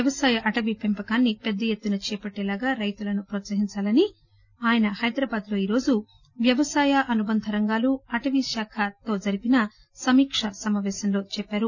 వ్యవసాయ అటవీ పెంపకాన్ని పెద్దఎత్తున చేపట్లీలా రైతులను ప్రోత్సహించాలని ఆయన హైదరాబాద్ లో ఈరోజు వ్యవసాయ అనుబంధ రంగాలు అటవీశాఖ సమీకా సమావేశంలో చెప్పారు